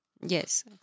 Yes